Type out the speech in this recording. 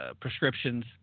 prescriptions